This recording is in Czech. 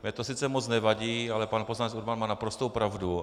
Mně to sice moc nevadí, ale pan poslanec Urban má naprostou pravdu.